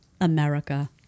America